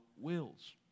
wills